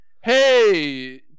hey